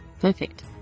Perfect